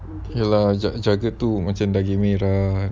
yes lah jaga tu macam daging merah